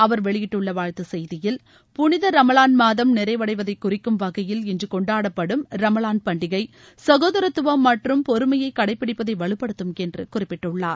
அவர் வெளியிட்டுள்ள வாழ்த்து செய்தியில் புனித ரமலான் மாதம் நிறைவடைவதை குறிக்கும் இன்று கொண்டாடப்படும் ரமலாள் பண்டிகை சகோதரத்துவம் மற்றும் பொறுமையை வகையில் கடைபிடிப்பதை வலுப்படுத்தும் என்று குறிப்பிட்டுள்ளார்